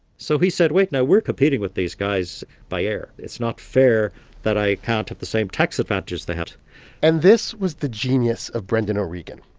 so he said wait. now, we're competing with these guys by air. it's not fair that i can't have the same tax advantages they have and this was the genius of brendan o'regan.